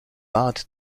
bad